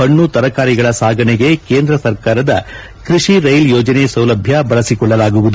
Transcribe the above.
ಹಣ್ಣು ತರಕಾರಿಗಳ ಸಾಗಣೆಗೆ ಕೇಂದ್ರ ಸರ್ಕಾರದ ಕೃಷಿ ರೈಲ್ ಯೋಜನೆ ಸೌಲಭ ಬಳಸಿಕೊಳ್ಳಲಾಗುವುದು